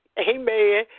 amen